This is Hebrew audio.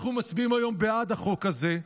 אנחנו מצביעים היום בעד החוק הזה,